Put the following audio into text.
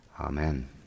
amen